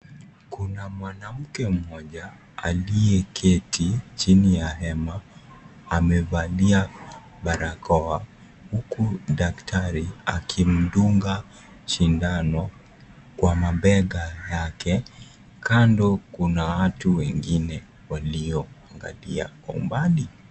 Kuna mwanmke moja aliyeketi chini ya hema amevalia barakoa huku daktari akimdunga sindano wa mabega yake, kando kuna watu wengine walioangalia kwa umbali.